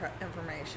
information